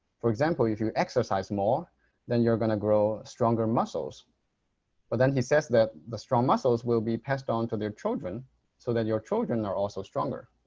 for example, if you exercise more then you're going to grow stronger muscles but then he says that the strong muscles will be passed on to their children so that your children are also stronger.